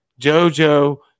Jojo